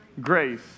grace